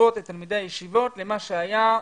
ולהשוות את תלמידי הישיבות למה שהיה "מסע",